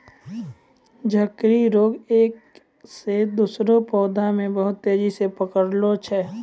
झड़की रोग एक से दुसरो पौधा मे बहुत तेजी से पकड़ी रहलो छै